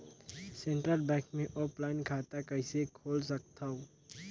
Central bank मे offline खाता कइसे खोल सकथव?